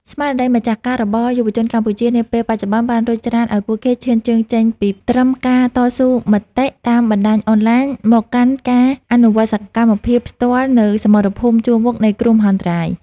ស្មារតីម្ចាស់ការរបស់យុវជនកម្ពុជានាពេលបច្ចុប្បន្ន បានរុញច្រានឱ្យពួកគេឈានជើងចេញពីត្រឹមការតស៊ូមតិតាមបណ្ដាញអនឡាញ មកកាន់ការអនុវត្តសកម្មភាពផ្ទាល់នៅសមរភូមិជួរមុខនៃគ្រោះមហន្តរាយ។